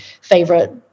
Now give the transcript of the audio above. favorite